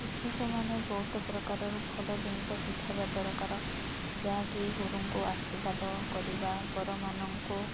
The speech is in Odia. ଶିକ୍ଷକମାନେ ବହୁତ ପ୍ରକାରର ଭଲ ଜିନିଷ ଶିଖେଇବା ଦରକାର ଯାହାକି ଗୁରୁଙ୍କୁ ଆଶୀର୍ବାଦ କରିବା ବଡ଼ମାନଙ୍କୁ